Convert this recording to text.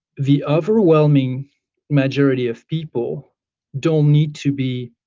the ah overwhelming majority of people don't need to be